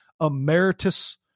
emeritus